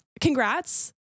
congrats